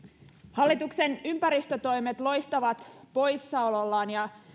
hallituksen ympäristötoimet loistavat poissaolollaan ja